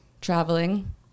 traveling